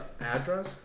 address